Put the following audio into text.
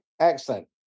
excellent